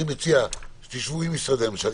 אני מציע שתשבו עם משרדי הממשלה,